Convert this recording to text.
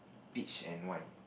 peach and wine